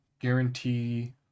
guarantee